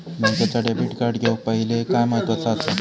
बँकेचा debit card घेउक पाहिले काय महत्वाचा असा?